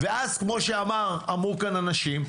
ואז כמו שאמרו כאן אנשים,